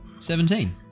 Seventeen